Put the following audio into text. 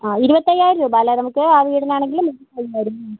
ആ ഇരുപത്തയ്യായിരം രൂപ അല്ലേ നമുക്ക് ആ വീടിനാണെങ്കിൽ ഇരുപത്തയ്യായിരം